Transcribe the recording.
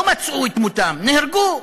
לא מצאו את מותם, נהרגו,